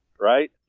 right